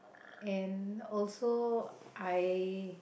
and also I